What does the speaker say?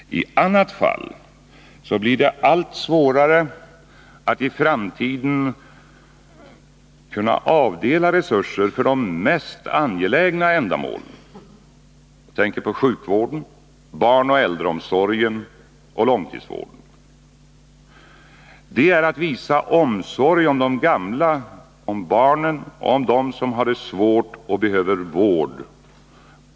I annat fall blir det allt svårare att i framtiden avdela resurser för de mest angelägna ändamålen: sjukvården, barnoch äldreomsorgen samt långtidsvården. Att i tid vidta nödvändiga åtgärder är att visa omsorg om de gamla, barnen och dem som har det svårt och behöver vård.